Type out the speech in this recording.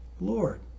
Lord